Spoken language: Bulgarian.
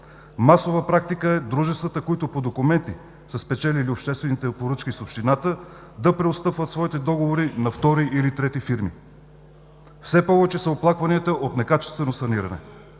Масова практика е дружествата, които по документи са спечелили обществените поръчки с общината, да преотстъпват своите договори на втори или трети фирми. Все повече са оплакванията от некачествено саниране.